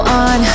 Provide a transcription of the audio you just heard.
on